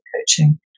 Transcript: coaching